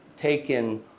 taken